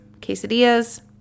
quesadillas